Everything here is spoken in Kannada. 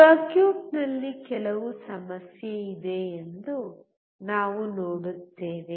ಸರ್ಕ್ಯೂಟ್ನಲ್ಲಿ ಕೆಲವು ಸಮಸ್ಯೆ ಇದೆ ಎಂದು ನಾವು ನೋಡುತ್ತೇವೆ